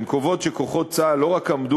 הן קובעות שכוחות צה"ל לא רק עמדו